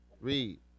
Read